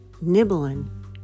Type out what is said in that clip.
nibbling